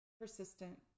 Persistent